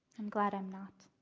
i'm glad i'm not.